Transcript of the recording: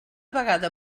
vegada